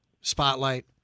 Spotlight